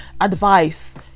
advice